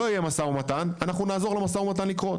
לא יהיה משא ומתן, אנחנו נעזור למשא ומתן לקרות.